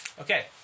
Okay